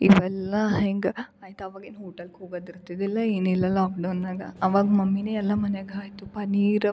ಇವೆಲ್ಲ ಹಿಂಗೆ ಆಯ್ತು ಆವಾಗ ಏನು ಊಟಕ್ಕೆ ಹೋಗೋದು ಇರ್ತಿದಿಲ್ಲ ಏನು ಇಲ್ಲ ಲಾಕ್ಡೌನಾಗ ಆವಾಗ ಮಮ್ಮಿನೇ ಎಲ್ಲ ಮನೆಯಾಗ ಆಯ್ತು ಪನ್ನೀರ್